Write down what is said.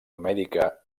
mèdica